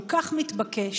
כל כך מתבקש,